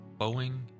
Boeing